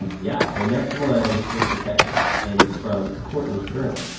yeah, the next one is from texas, and it's from courtney serna,